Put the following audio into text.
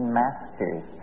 masters